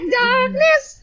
darkness